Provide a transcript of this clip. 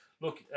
look